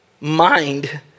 mind